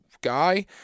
guy